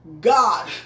God